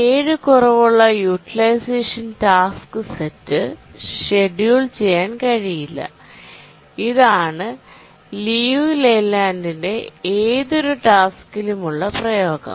7 കുറവുള്ള utilization task set schedule ചെയ്യാൻ കഴിയില്ലഇതാണ് ആണ് ലിയു ലൈലാൻഡ്ൻറെ ഏതൊരു ടാസ്കി ലും ഉള്ള പ്രയോഗം